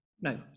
no